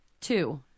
Two